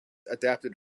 adapted